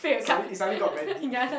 suddenly it suddenly go on very deep